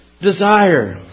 desire